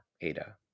Ada